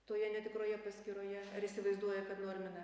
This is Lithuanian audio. toje netikroje paskyroje ar įsivaizduoja kad normina